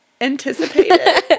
anticipated